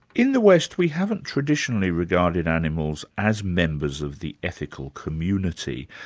in the west, we haven't traditionally regarded animals as members of the ethical community.